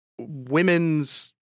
women's